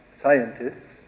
scientists